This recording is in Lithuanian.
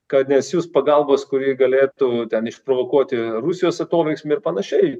kad nesiųs pagalbos kuri galėtų ten išprovokuoti rusijos atoveiksmį ir panašiai